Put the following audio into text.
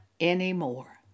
anymore